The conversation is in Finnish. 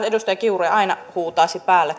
edustaja kiuru ei aina huutaisi päälle